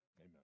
Amen